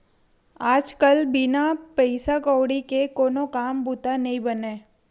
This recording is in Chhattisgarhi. आज कल बिन पइसा कउड़ी के कोनो काम बूता नइ बनय